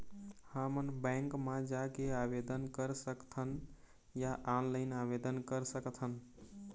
हमन बैंक मा जाके आवेदन कर सकथन या ऑनलाइन आवेदन कर सकथन?